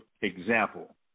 example